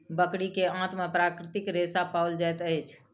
बकरी के आंत में प्राकृतिक रेशा पाओल जाइत अछि